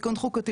תיקון חוקתי,